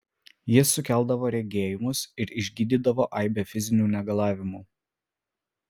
jis sukeldavo regėjimus ir išgydydavo aibę fizinių negalavimų